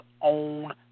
own